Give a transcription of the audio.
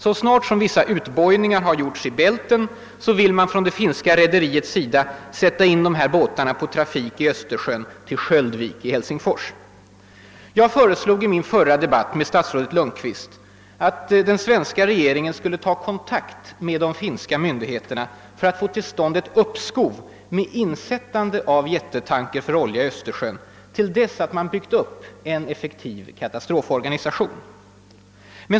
Så snart vissa utbojningar gjorts i Bälten vill det finska rederiet sätta in Under min förra debatt med statsrådet Lundkvist föreslog jag att den svenska regeringen skulle ta kontakt med de finska myndigheterna för att få till stånd ett uppskov med insättande av jättetankers med olja i Östersjön, till dess att man hade byggt upp en effektiv katastroforganisation.